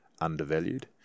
undervalued